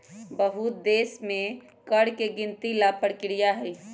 बहुत देश में कर के गिनती ला परकिरिया हई